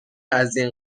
ازاین